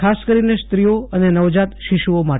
ખાસ કરીને સ્ત્રીઓ અને નવજાત શિશુઓ માટે